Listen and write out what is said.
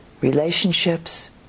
relationships